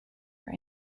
for